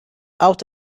out